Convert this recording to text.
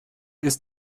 ist